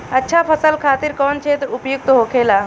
अच्छा फसल खातिर कौन क्षेत्र उपयुक्त होखेला?